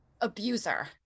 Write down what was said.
abuser